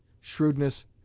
shrewdness